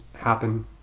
happen